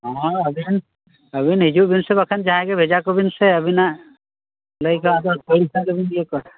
ᱦᱮᱸ ᱟᱵᱮᱱ ᱟᱵᱮᱱ ᱦᱤᱡᱩᱜ ᱵᱤᱱ ᱥᱮ ᱵᱟᱠᱷᱟᱱ ᱡᱟᱦᱟᱸᱭ ᱜᱮ ᱵᱷᱮᱡᱟ ᱠᱚᱵᱤᱱ ᱥᱮ ᱟᱹᱵᱤᱱᱟᱜ ᱞᱟᱹᱭ ᱠᱟᱜ ᱫᱚ ᱯᱟᱹᱦᱤᱞ ᱥᱟᱜ ᱨᱮᱵᱤᱱ ᱛᱤᱭᱳᱜᱟ